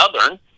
Southern